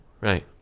Right